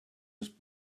his